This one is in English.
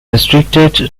restricted